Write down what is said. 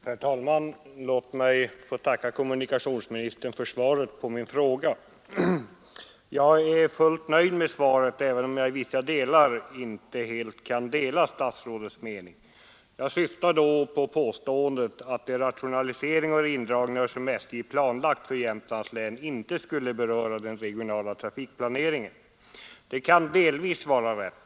Herr talman! Låt mig få tacka kommunikationsministern för svaret på min fråga. Jag är fullt nöjd med svaret, även om jag inte helt kan dela statsrådets mening. Jag syftar då på påståendet att de rationaliseringar och indragningar som SJ har planlagt för Jämtlands län inte skulle beröra den regionala trafiksaneringen. Det kan delvis vara rätt.